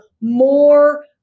more